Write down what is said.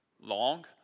long